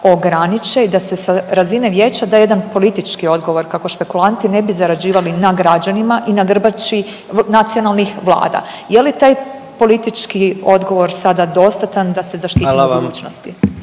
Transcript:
ograniče i da se sa razine vijeća da jedan politički odgovor kako špekulanti ne bi zarađivali na građanima i na grbači nacionalnih Vlada. Je li taj politički odgovor sada dostatan da se zaštiti…/Upadica